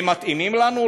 הם מתאימים לנו?